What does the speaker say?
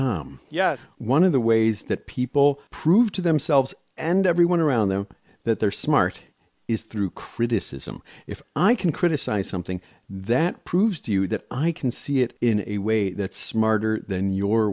tom yes one of the ways that people prove to themselves and everyone around them that they're smart is through criticism if i can criticise something that proves to you that i can see it in a way that's smarter than your